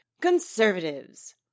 Conservatives